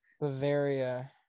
Bavaria